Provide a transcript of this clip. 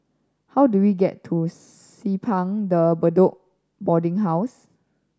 how do we get to Simpang De Bedok Boarding House